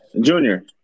Junior